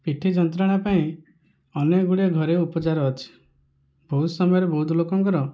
ପିଠି ଯନ୍ତ୍ରଣା ପାଇଁ ଅନେକ ଗୁଡ଼ିଏ ଘରୋଇ ଉପଚାର ଅଛି ବହୁତ ସମୟରେ ବହୁତ ଲୋକଙ୍କର